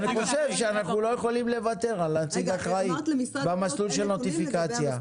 ואני חושב שאנחנו לא יכולים לוותר על נציג אחראי במסלול של הנוטיפיקציה.